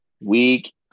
Week